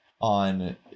on